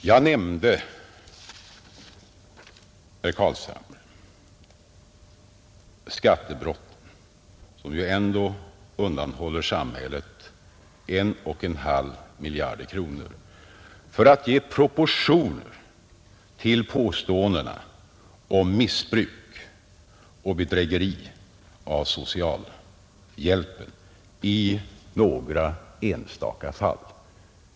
Jag nämnde, herr Carlshamre, skattebrotten — som ändå undanhåller samhället 1,5 miljarder kronor — för att ge proportion åt påståendena om missbruk och bedrägeri i fråga om socialhjälpen i några enstaka fall.